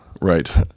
Right